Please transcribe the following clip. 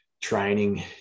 training